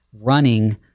running